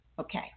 okay